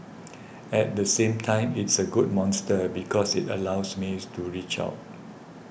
at the same time it's a good monster because it allows me to reach out